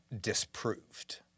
disproved